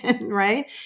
Right